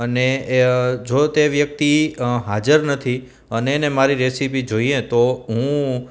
અને એ જોતે વ્યક્તિ હાજર નથી અને એને મારી રેસીપી જોઈએ તો હું